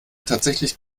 tatsächlich